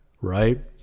right